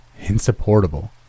insupportable